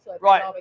Right